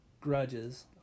grudges